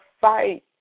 fight